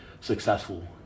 successful